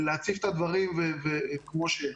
אני רוצה להציף את הדברים כמו שהם.